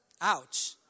Ouch